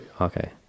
okay